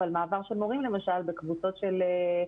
למשל מעבר של מורים בקבוצה הזו